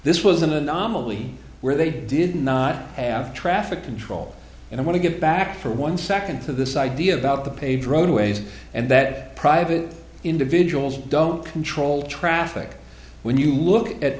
this was an anomaly where they did not have traffic control and i want to get back for one second to this idea about the paved road ways and that private individuals don't control traffic when you look at